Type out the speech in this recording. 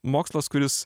mokslas kuris